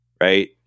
right